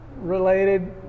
related